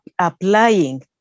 applying